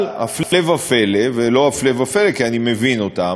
אבל הפלא ופלא, לא הפלא ופלא, כי אני מבין אותם,